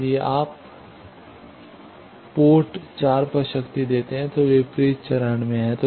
यदि आप पोर्ट 4 पर शक्ति देते हैं तो वे विपरीत चरण में हैं